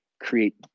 create